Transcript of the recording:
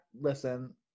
listen